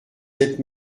sept